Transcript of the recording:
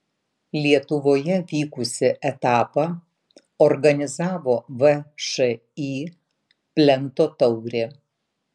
lietuvoje vykusį etapą organizavo všį plento taurė